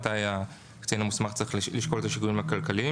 מתי הקצין המוסמך צריך לשקול את השיקולים הכלכליים